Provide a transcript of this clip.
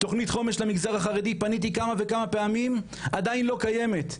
תוכנית חומש למגזר החרדי פניתי כמה וכמה פעמים עדיין לא קיימת.